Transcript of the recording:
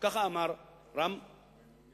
אין ערובה לכך שמי